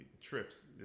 trips